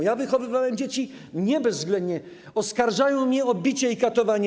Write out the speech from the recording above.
Ja wychowywałem dzieci nie bezwzględnie, oskarżają mnie o bicie i katowanie.